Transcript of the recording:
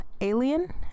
Alien